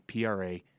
PRA